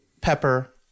pepper